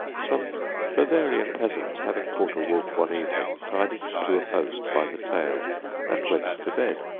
some bavarian peasants having caught a wolf one evening, tied it to a post by the tail and went to bed.